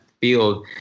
field